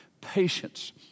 patience